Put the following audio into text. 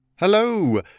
Hello